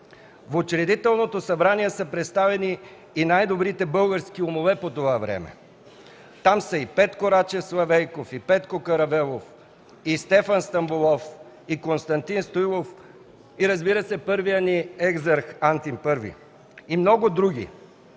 В Учредителното събрание са представени и най-добрите български умове по това време. Там са и Петко Рачов Славейков, и Петко Каравелов, и Стефан Стамболов, и Константин Стоилов, и, разбира се, първият ни екзарх Антим І и много други,